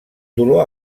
dolor